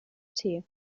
tee